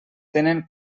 tenen